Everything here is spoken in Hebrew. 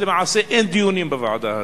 אין דיונים בוועדה.